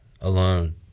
alone